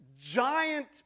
giant